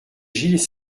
gilles